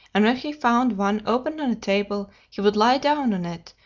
and when he found one open on a table he would lie down on it,